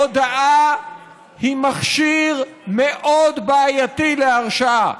הודאה היא מכשיר מאוד בעייתי להרשעה.